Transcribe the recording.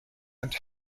and